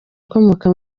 ukomoka